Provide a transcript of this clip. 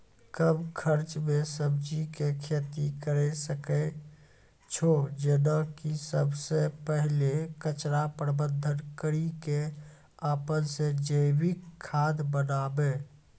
कम खर्च मे सब्जी के खेती करै सकै छौ जेना कि सबसे पहिले कचरा प्रबंधन कड़ी के अपन से जैविक खाद बनाबे?